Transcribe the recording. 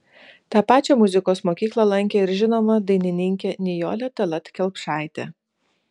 tą pačią muzikos mokyklą lankė ir žinoma dainininkė nijolė tallat kelpšaitė